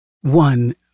One